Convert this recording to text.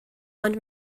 ond